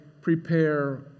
prepare